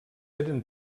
eren